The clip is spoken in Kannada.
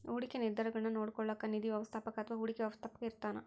ಹೂಡಿಕೆ ನಿರ್ಧಾರಗುಳ್ನ ನೋಡ್ಕೋಳೋಕ್ಕ ನಿಧಿ ವ್ಯವಸ್ಥಾಪಕ ಅಥವಾ ಹೂಡಿಕೆ ವ್ಯವಸ್ಥಾಪಕ ಇರ್ತಾನ